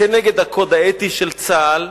נגד הקוד האתי של צה"ל.